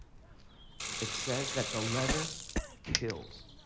it says that the letter kills.